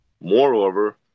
moreover